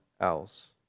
else